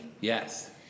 Yes